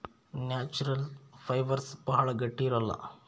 natural fibres ಭಾಳ ಗಟ್ಟಿ ಇರಲ್ಲ